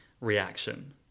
reaction